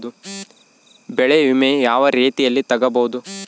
ಬೆಳೆ ವಿಮೆ ಯಾವ ರೇತಿಯಲ್ಲಿ ತಗಬಹುದು?